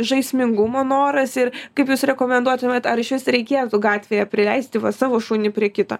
žaismingumo noras ir kaip jūs rekomenduotumėt ar išvis reikėtų gatvėje prileisti va savo šunį prie kito